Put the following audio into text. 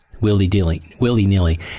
willy-nilly